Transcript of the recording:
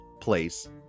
place